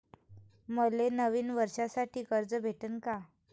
मले नवीन वर्षासाठी कर्ज भेटन का?